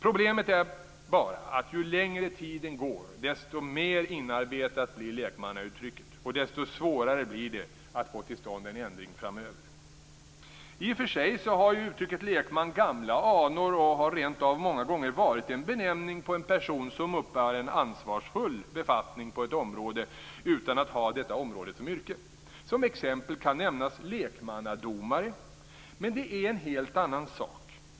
Problemet är bara att ju längre tiden går, desto mer inarbetat blir lekmannauttrycket och desto svårare blir det att få till stånd en ändring framöver. I och för sig har uttrycket lekman gamla anor och har rentav många gånger varit en benämning på en person som uppbär en ansvarsfull befattning på ett område utan att ha detta område som yrke. Som exempel kan nämnas lekmannadomare. Men det är en helt annan sak.